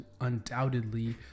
undoubtedly